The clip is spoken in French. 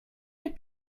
les